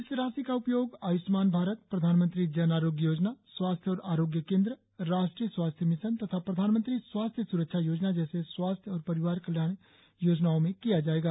इस राशि का उपयोग आय्ष्मान भारत प्रधानमंत्री जन आरोग्य योजना स्वास्थ्य और आरोग्य केन्द्र राष्ट्रीय स्वास्थ्य मिशन तथा प्रधानमंत्री स्वास्थ्य स्रक्षा योजना जैसे स्वास्थ्य और परिवार कल्याण योजनओं में किया जाएगा